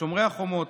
שומרי החומות,